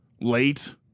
late